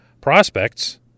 prospects